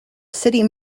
city